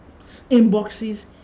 inboxes